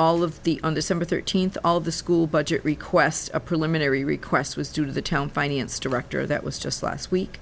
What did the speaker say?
all of the on the summer thirteenth all of the school budget request a preliminary request was due to the town finance director that was just last week